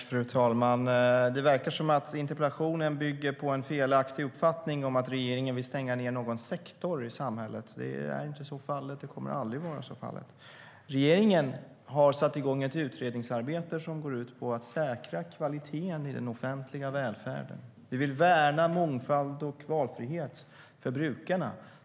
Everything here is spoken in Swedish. Fru talman! Det verkar som om interpellationen bygger på en felaktig uppfattning att regeringen vill stänga ned någon sektor i samhället. Det är inte fallet, och det kommer aldrig att vara fallet. Regeringen har satt igång ett utredningsarbete som går ut på att säkra kvaliteten i den offentliga välfärden. Vi vill värna mångfald och valfrihet för brukarna.